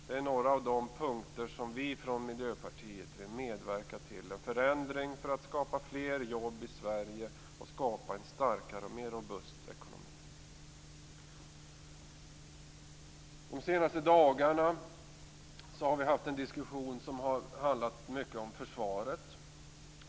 Det är några av de punkter där vi från Miljöpartiet vill medverka till en förändring för att skapa fler jobb i Sverige och en starkare och mer robust ekonomi. De senaste dagarna har vi fört en diskussion som handlat mycket om försvaret.